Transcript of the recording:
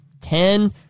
ten